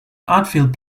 outfield